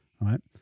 right